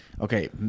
Okay